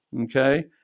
okay